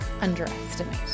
underestimate